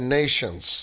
nations